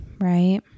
right